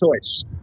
choice